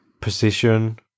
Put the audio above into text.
position